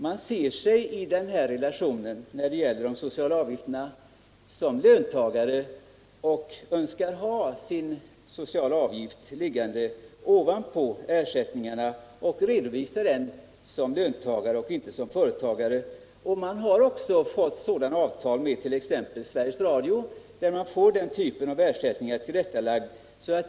Man ser sig när det gäller de sociala relationerna som löntagare och önskar att de sociala avgifterna läggs ovanpå ersättningarna och redovisas på det sätt som gäller för löntagare — inte för företagare. I avtal med t.ex. Sveriges Radio har man fått ersättningar tillrättalagda på det sättet.